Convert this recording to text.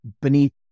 beneath